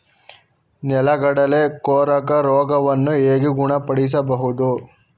ನೆಲಗಡಲೆ ಕೊರಕ ರೋಗವನ್ನು ಹೇಗೆ ಗುಣಪಡಿಸಬಹುದು?